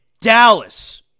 Dallas